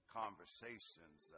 conversations